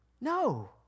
No